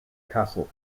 castle